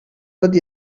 tot